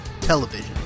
television